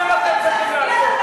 לסתום את הפה ולהצדיע לכם, נכון?